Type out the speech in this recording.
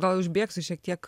gal užbėgsiu šiek tiek